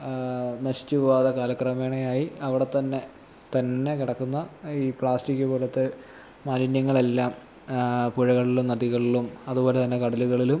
നശിച്ച് പോവാതെ കാലക്രമേണയായി അവിടത്തന്നെ തന്നെ കിടക്കുന്ന ഈ പ്ലാസ്റ്റിക്ക് പോലത്തെ മാലിന്യങ്ങളെല്ലാം പുഴകളിലും നദികളിലും അതുപോലെ തന്നെ കടലുകളിലും